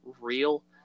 real